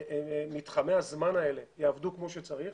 מתחמי הזמן האלה יעבדו כמו שצריך,